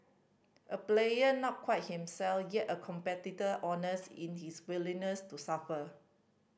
a player not quite himself yet a competitor honest in his willingness to suffer